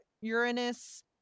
uranus